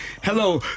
Hello